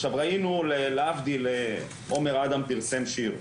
עכשיו ראינו להבדיל עומר אדם פרסם שיר,